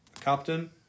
Captain